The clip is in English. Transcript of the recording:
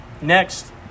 next